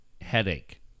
headache